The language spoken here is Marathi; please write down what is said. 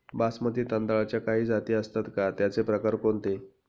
बासमती तांदळाच्या काही जाती असतात का, त्याचे प्रकार कोणते?